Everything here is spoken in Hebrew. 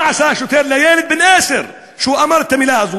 מה עשה השוטר לילד בן עשר שאמר את המילה הזו?